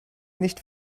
nicht